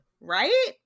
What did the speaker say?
Right